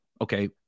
okay